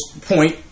point